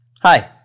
Hi